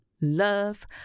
love